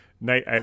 night